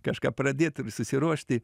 kažką pradėt ir susiruošti